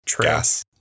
Gas